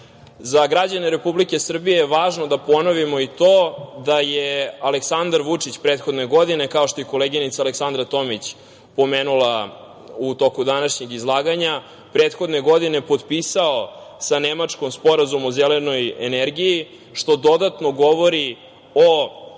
građane Republike Srbije je važno da ponovimo i to da je Aleksandar Vučić prethodne godine, kao što je i koleginica Aleksandra Tomić pomenula u toku današnjeg izlaganja, prethodne godine potpisao sa Nemačkom Sporazum o zelenoj energiji, što dodatno govori o